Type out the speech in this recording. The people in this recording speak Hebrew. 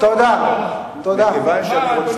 תודה רבה.